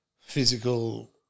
physical